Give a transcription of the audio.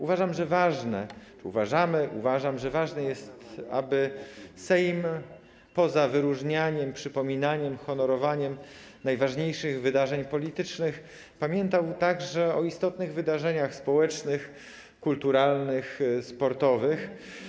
Uważamy, uważam, że ważne jest, aby Sejm poza wyróżnianiem, przypominaniem, honorowaniem najważniejszych wydarzeń politycznych pamiętał także o istotnych wydarzeniach społecznych, kulturalnych, sportowych.